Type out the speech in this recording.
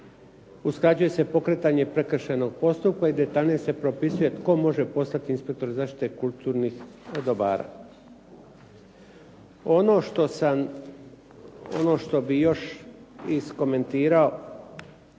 Usklađuje se pokretanje prekršajnog postupka i detaljnije se propisuje tko može postati inspektor zaštite kulturnih dobara. Ono što bih još iskomentirao